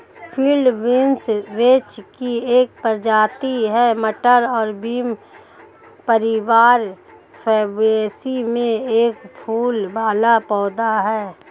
field beans vetch की एक प्रजाति है, मटर और बीन परिवार फैबेसी में एक फूल वाला पौधा है